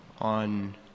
on